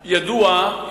ידוע,